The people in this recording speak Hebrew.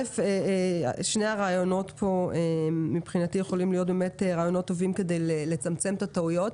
שני הרעיונות מבחינתי יכולים להיות רעיונות טובים כדי לצמצם את הטעויות.